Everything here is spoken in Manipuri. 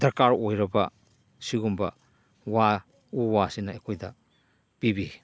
ꯗꯔꯀꯥꯔ ꯑꯣꯏꯔꯕ ꯁꯤꯒꯨꯝꯕ ꯋꯥ ꯎ ꯋꯥꯁꯤꯅ ꯑꯩꯈꯣꯏꯗ ꯄꯤꯕꯤ